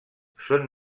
són